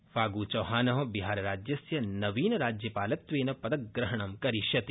फाग् चौहान बिहारराज्यस्य नवीन राज्यपालत्वेन पदग्रहणं करिष्यति